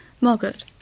Margaret